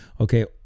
okay